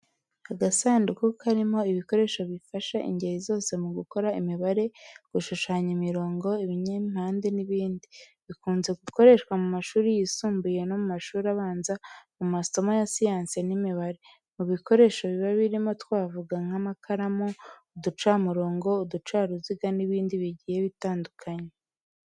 Agasanduku karimo ibikoresho bifasha ingeri zose mu gukora imibare, gushushanya imirongo, ibinyempande n’ibindi. Bikunze gukoreshwa mu mashuri yisumbuye no mu mashuri abanza mu masomo ya siyansi n'imibare. Mu bikoresho biba birimo twavuga nk’amakaramu, uducamurongo, uducaruziga n’ibindi bigiye bitandukanye.